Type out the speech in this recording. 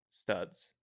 studs